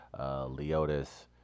Leotis